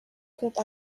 compte